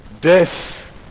death